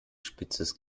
spitzes